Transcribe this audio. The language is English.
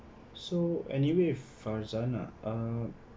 so anyway farzanah uh